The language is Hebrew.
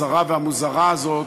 הזרה והמוזרה הזאת,